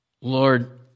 Lord